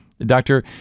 Doctor